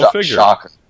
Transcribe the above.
Shocker